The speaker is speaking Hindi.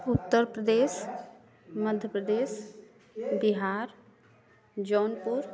उत्तर प्रदेश मध्य प्रदेश बिहार जौनपुर